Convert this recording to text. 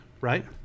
right